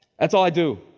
that's all i do.